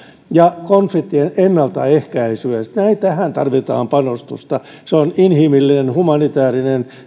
ja konfliktien ennaltaehkäisyyn tarvitaan panostusta se on inhimillinen humanitäärinen